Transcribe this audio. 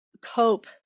cope